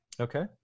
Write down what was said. Okay